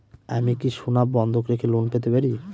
আমি কি সোনা বন্ধক রেখে লোন পেতে পারি?